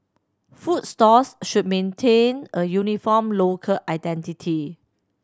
food stalls should maintain a uniform local identity